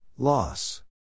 Loss